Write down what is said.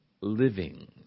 living